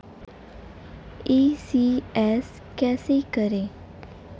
ECS कैसे करें?